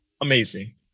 amazing